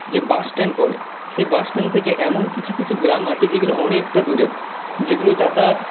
যে বাসস্ট্যান্ড পড়ে সেই বাসস্ট্যান্ড থেকে এমন কিছু কিছু গ্রাম আছে যেগুলো অনেকটা দূরে যেগুলো যাতায়াত